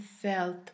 felt